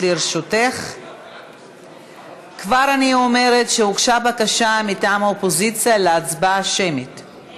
נספחות.] כעת אנו עוברים להצעת חוק הביטוח הלאומי (תיקון,